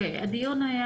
קודם כל,